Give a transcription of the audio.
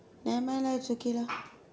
nevermind lah it's okay lah